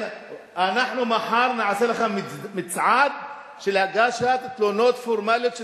אנחנו מחר נעשה לך מצעד של הגשת תלונות פורמליות של